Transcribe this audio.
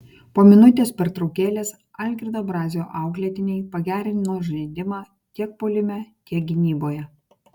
po minutės pertraukėlės algirdo brazio auklėtiniai pagerino žaidimą tiek puolime tiek gynyboje